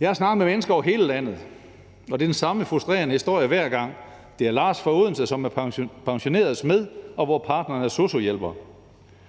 Jeg har snakket med mennesker over hele landet, og det er den samme frustrerende historie hver gang. Det er Lars fra Odense, som er pensioneret smed, og hvor partneren er sosu-hjælper.